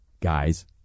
guys